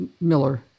Miller